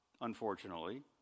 unfortunately